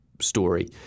story